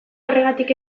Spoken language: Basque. horregatik